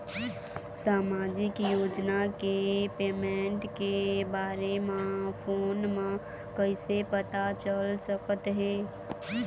सामाजिक योजना के पेमेंट के बारे म फ़ोन म कइसे पता चल सकत हे?